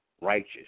righteous